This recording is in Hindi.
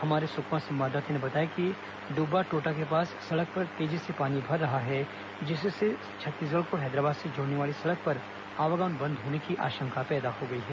हमारे सुकमा संवाददाता ने बताया कि दुब्बाटोटा के पास सड़क पर तेजी से पानी भर रहा है जिससे छत्तीसगढ़ को हैदराबाद से जोड़ने वाली सड़क पर आवागमन बंद होने की आशंका पैदा हो गई है